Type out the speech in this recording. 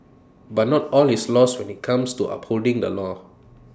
but not all is lost when IT comes to upholding the law